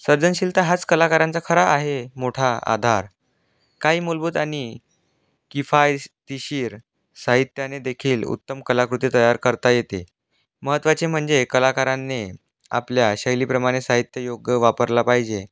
सर्जनशीलता हाच कलाकारांचा खरा आहे मोठा आधार काही मूलभूत आणि किफायतशीर साहित्याने देखील उत्तम कलाकृती तयार करता येते महत्त्वाचे म्हणजे कलाकारांनी आपल्या शैलीप्रमाणे साहित्य योग्य वापरला पाहिजे